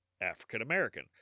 African-American